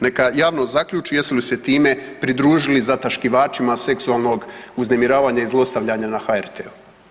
Neka javnost zaključi jesu li se time pridružili zataškivačima seksualnog uznemiravanja i zlostavljanja na HRT-u.